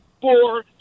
four